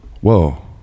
Whoa